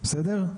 בסדר?